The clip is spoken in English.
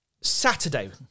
Saturday